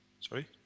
Sorry